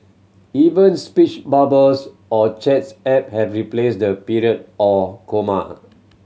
even speech bubbles on chats app have replaced the period or comma